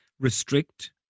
restrict